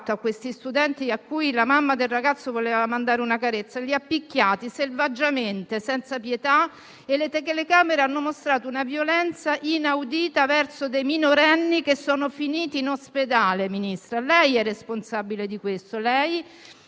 agli studenti a cui la mamma del ragazzo voleva mandare una carezza? Li ha picchiati selvaggiamente, senza pietà, e le telecamere hanno mostrato una violenza inaudita verso dei minorenni che sono finiti in ospedale, Ministro, e lei è responsabile di questo.